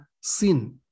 sin